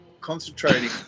concentrating